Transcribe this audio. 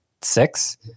six